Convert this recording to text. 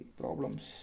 problems